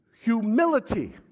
humility